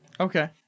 Okay